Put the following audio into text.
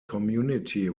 community